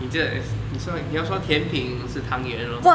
你这个你说你要说甜品是汤圆 lor